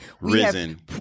Risen